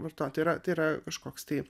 vartoti yra tai yra kažkoks tai